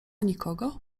nikogo